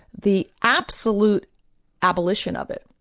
the absolute abolition of it,